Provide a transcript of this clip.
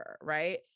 right